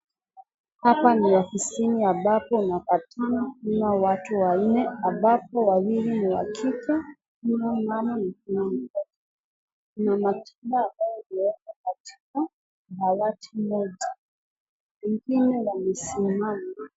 Hapa ni ofisini ambapo unapatana kuna watu wanne ambapo wawili ni wa kike. Kila mmama amesimama Kuna matiba ambayo yamewekwa katika dawati moja infine wamesimama.